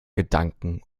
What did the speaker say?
gedanken